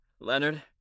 Leonard